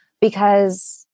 because-